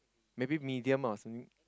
maybe medium or some